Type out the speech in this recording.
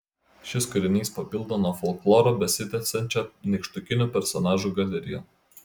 šis kūrinys papildo nuo folkloro besitęsiančią nykštukinių personažų galeriją